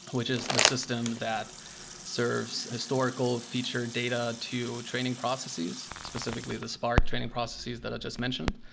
which is the system that serves historical feature data to training processes, specifically the spark training processes that i just mentioned,